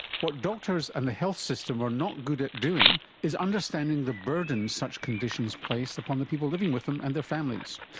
what doctors and the health system are not good at doing is understanding the burdens such conditions place upon the people living with them and their families.